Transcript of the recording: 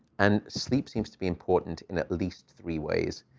and sleep seems to be important in at least three ways.